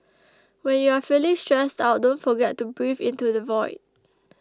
when you are feeling stressed out don't forget to breathe into the void